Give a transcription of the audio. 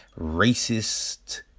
racist